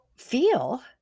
feel